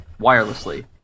wirelessly